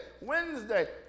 Wednesday